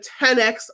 10X